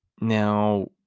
Now